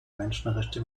menschenrechte